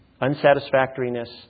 unsatisfactoriness